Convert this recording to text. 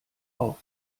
auf